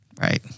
Right